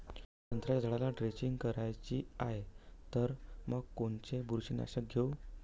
संत्र्याच्या झाडाला द्रेंचींग करायची हाये तर मग कोनच बुरशीनाशक घेऊ?